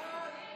ההצעה